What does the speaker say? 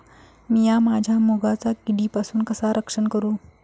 मीया माझ्या मुगाचा किडीपासून कसा रक्षण करू?